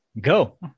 Go